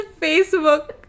Facebook